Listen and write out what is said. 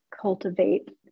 cultivate